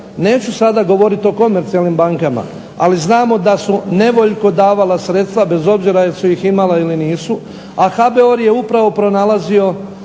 neću sada govoriti o komercijalnim bankama, ali znamo da su nevoljko davala sredstva bez obzira jesu li ih imala ili nisu, a HBOR je upravo pronalazio